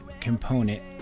component